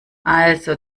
also